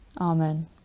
Amen